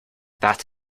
that